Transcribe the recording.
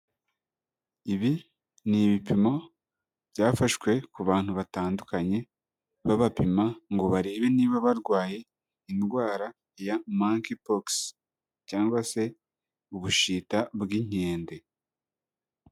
Ibi ni ibipimo byafashwe ku bantu batandukanye, babapima ngo barebe niba barwaye indwara ya Monkeypox cyangwa se ubushita bw'inkende.